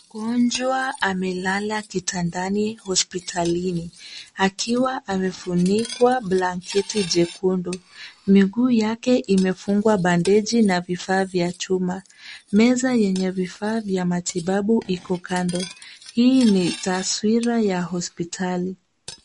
Mgonjwa amelala kitandani hospitalini akiwa amefunikwa blanketi jekundu. Miguu yake imefungwa bandeji na vifaa vya chuma. Meza yenye vifaa vya matibabu iko kando. Hii ni taswira ta hospitali.